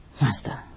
Master